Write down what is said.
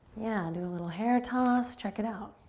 yeah, do a little hair toss, check it out.